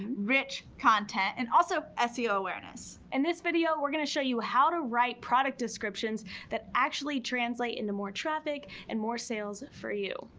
rich content, and also ah seo awareness. in and this video, we're gonna show you how to write product descriptions that actually translate into more traffic and more sales for you.